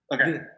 Okay